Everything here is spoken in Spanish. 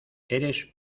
eres